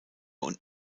und